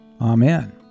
Amen